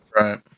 right